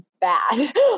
bad